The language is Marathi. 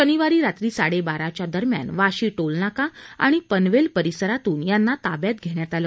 शनिवारी रात्री साडे बारा च्या दरम्यान वाशी टोलनाका आणि पनवेल परिसरातून यांना ताब्यात घेण्यात आले